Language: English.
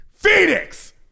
Phoenix